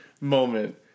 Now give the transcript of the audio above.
moment